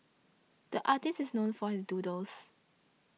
the artist is known for his doodles